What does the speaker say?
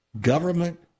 government